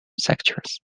sectors